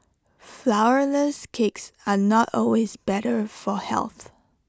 Flourless Cakes are not always better for health